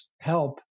help